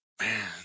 man